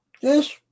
Yes